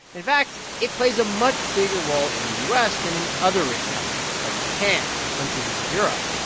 in fact, it plays a much bigger role in the u s. than in other rich countries, like japan or the countries of europe.